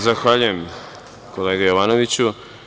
Zahvaljujem kolega Jovanoviću.